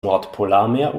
nordpolarmeer